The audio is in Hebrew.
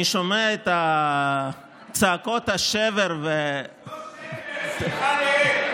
אני שומע את צעקות השבר, לא שבר, שמחה לאיד.